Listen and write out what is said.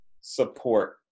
support